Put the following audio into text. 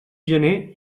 gener